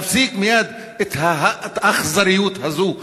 להפסיק מייד את האכזריות הזאת.